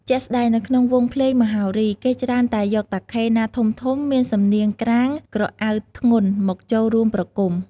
ជាក់ស្តែងនៅក្នុងវង់ភ្លេងមហោរី គេច្រើនតែយកតាខេណាធំៗមានសំនៀងក្រាងក្រអៅធ្ងន់មកចូលរួមប្រគំ។